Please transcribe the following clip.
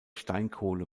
steinkohle